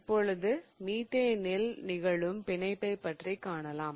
இப்பொழுது மீத்தேனில் நிகழும்பிணைப்பை பற்றி காணலாம்